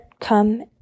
come